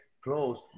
close